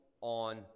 on